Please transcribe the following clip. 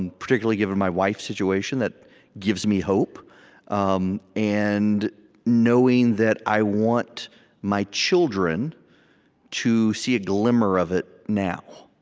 and particularly, given my wife's situation, that gives me hope um and knowing that i want my children to see a glimmer of it now.